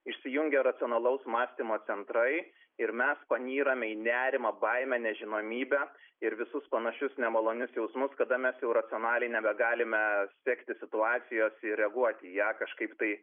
išsijungia racionalaus mąstymo centrai ir mes panyrame į nerimą baimę nežinomybę ir visus panašius nemalonius jausmus kada mes jau racionaliai nebegalime sekti situacijos ir reaguoti į ją kažkaip tai